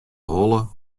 holle